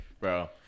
Bro